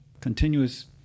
continuous